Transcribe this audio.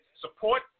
support